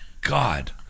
God